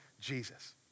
Jesus